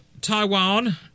Taiwan